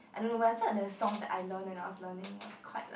I don't know when I felt that song that I learn and I was learning I was quite like